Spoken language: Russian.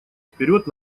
вперед